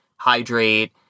hydrate